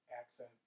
accent